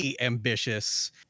ambitious